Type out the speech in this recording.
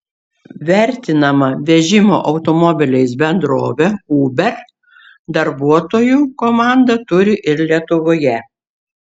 vertinama vežimo automobiliais bendrovė uber darbuotojų komandą turi ir lietuvoje